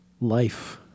life